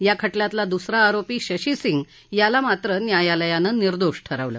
या खटल्यातला दुसरा आरोपी शशी सिंग याला मात्र न्यायालयानं निर्दोष ठरवलं